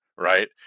Right